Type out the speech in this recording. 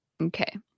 Okay